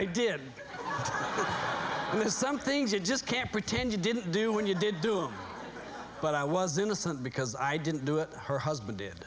because some things you just can't pretend you didn't do when you did do it but i was innocent because i didn't do it her husband did